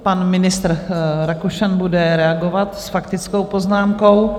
Pan ministr Rakušan bude reagovat s faktickou poznámkou.